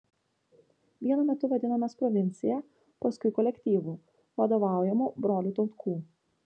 vienu metu vadinomės provincija paskui kolektyvu vadovaujamu brolių tautkų